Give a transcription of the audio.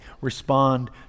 respond